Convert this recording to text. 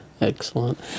Excellent